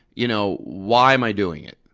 you know why am i doing it?